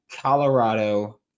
Colorado